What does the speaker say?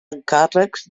encàrrecs